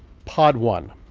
pod one